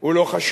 הוא לא חשוב,